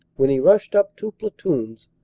when he rushed up two platoons,